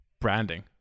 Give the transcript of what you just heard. branding